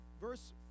verse